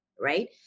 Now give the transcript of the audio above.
right